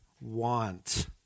want